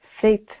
faith